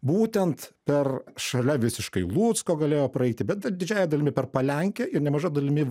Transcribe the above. būtent per šalia visiškai lucko galėjo praeiti bet didžiąja dalimi per palenkę ir nemaža dalimi